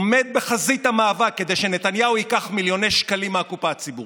עומד בחזית המאבק כדי שנתניהו ייקח מיליוני שקלים מהקופה הציבורית.